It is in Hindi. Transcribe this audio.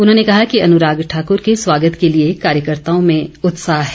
उन्होंने कहा कि अनुराग ठाकुर के स्वागत के लिए कार्यकर्ताओं में उत्साह है